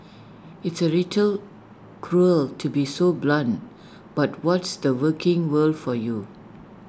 it's A little cruel to be so blunt but what's the working world for you